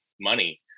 money